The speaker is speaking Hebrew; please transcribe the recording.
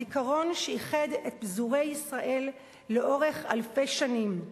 הזיכרון שאיחד את פזורי ישראל לאורך אלפי שנים,